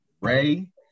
Ray